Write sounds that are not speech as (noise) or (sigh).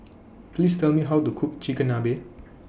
(noise) Please Tell Me How to Cook Chigenabe